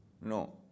no